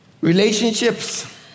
Relationships